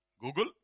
Google